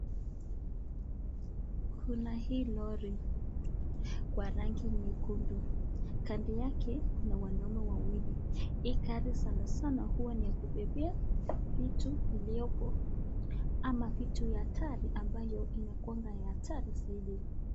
Kuna hii lori wa rangi nyekundu, kando yake kuna wanaume wawili hii gari sana sana huwa ni ya kubebea vitu viliopo ama vitu ya hatari zaidi.